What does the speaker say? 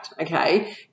okay